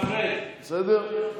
בסדר?